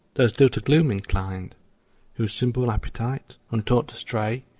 though still to gloom inclined whose simple appetite, untaught to stray,